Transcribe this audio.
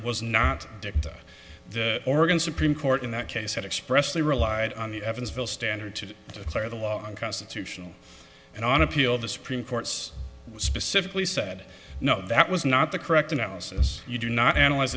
was not dicta the organ supreme court in that case had expressly relied on the evansville standard to clear the law unconstitutional and on appeal the supreme court's specifically said no that was not the correct analysis you do not analyze